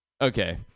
Okay